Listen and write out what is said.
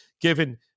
given